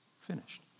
finished